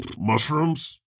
Mushrooms